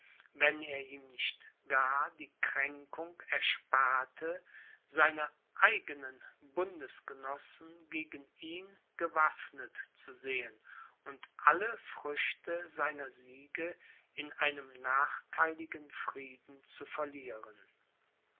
wenn er ihm nicht gar die kränkung ersparte seine eigenen bundesgenossen gegen ihn gewaffnet zu sehen und alle früchte seiner siege in einem nachtheiligen frieden zu verlieren